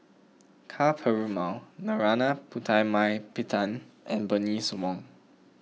Ka Perumal Narana Putumaippittan and Bernice Wong